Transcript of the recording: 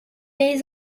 les